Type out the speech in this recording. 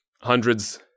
hundreds